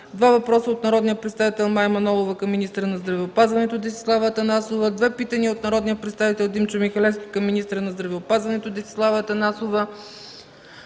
два въпроса от народния представител Мая Манолова към министъра на здравеопазването Десислава Атанасова; - две питания от народния представител Димчо Михалевски към министъра на здравеопазването Десислава Атанасова;